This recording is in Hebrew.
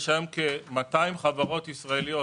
יש היום כ-200 חברות ישראליות